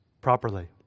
properly